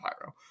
Pyro